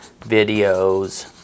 videos